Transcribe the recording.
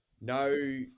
no